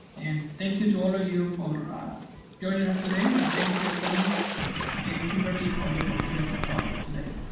and thank you to all of ah you for ah joining us today and thank you connie and kimberly for the opportunity to talk today.